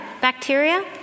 bacteria